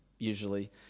Usually